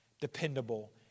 dependable